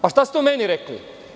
Pa, šta ste o meni rekli.